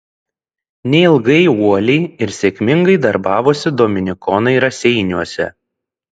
neilgai uoliai ir sėkmingai darbavosi dominikonai raseiniuose